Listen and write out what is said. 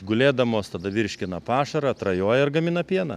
gulėdamos tada virškina pašarą atrajoja ir gamina pieną